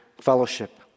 fellowship